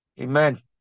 Amen